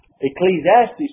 Ecclesiastes